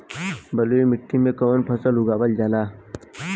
बलुई मिट्टी में कवन फसल उगावल जाला?